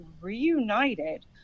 reunited